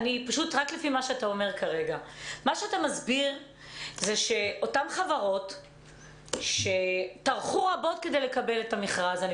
מה שאתה מסביר זה שאותן חברות שטרחו רבות כדי לקבל את המכרז אני